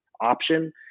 option